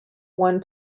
one